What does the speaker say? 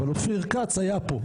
אבל אופיר כץ היה פה.